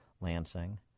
Lansing